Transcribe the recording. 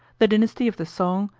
the dynasty of the song,